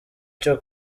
cyo